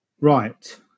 right